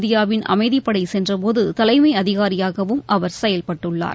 இந்தியாவின் அமைதிப்படை சென்றபோது தலைமை அதிகாரியாகவும் அவர் செயல்பட்டுள்ளார்